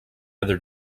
other